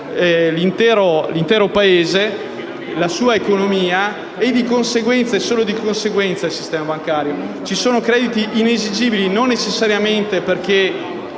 l'intero Paese, la sua economia e solo di conseguenza il sistema bancario. Ci sono crediti inesigibili non necessariamente perché